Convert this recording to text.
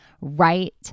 right